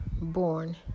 born